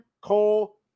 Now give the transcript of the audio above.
Cole